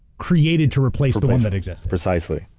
created to replace the one that exists. precisely.